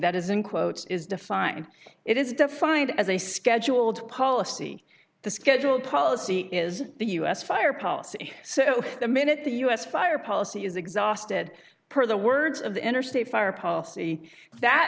that is in quotes is defined it is defined as a scheduled policy the schedule policy is the u s fire policy so the minute the us fire policy is exhausted per the words of the interstate fire policy that